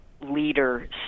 leader